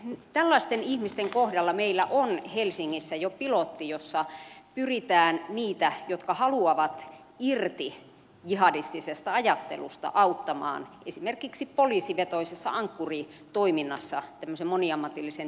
tällaisten ihmisten kohdalla meillä on helsingissä jo pilotti jossa pyritään heitä jotka haluavat irti jihadistisesta ajattelusta auttamaan esimerkiksi poliisivetoisessa ankkuri toiminnassa moniammatillisen tiimin kautta